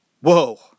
Whoa